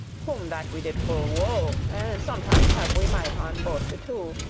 whom that we did full woe, and sometimes have we might on both the two,